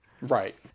Right